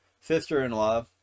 sister-in-law